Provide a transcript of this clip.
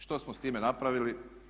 Što smo sa time napravili?